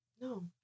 No